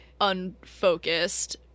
unfocused